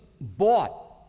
bought